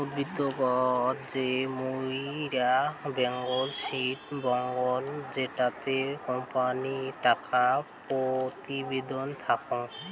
উদ্ধৃত্ত পত্র কে মুইরা বেলেন্স শিট বলাঙ্গ জেটোতে কোম্পানির টাকা প্রতিবেদন থাকাং